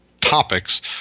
topics